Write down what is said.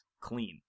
clean